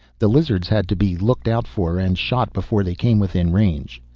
the lizards had to be looked out for, and shot before they came within range.